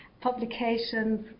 publications